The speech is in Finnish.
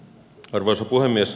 arvoisa puhemies